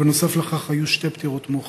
ונוסף לכך היו שתי פטירות מאוחרות,